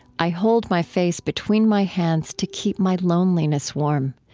i hold my face between my hands to keep my loneliness warm,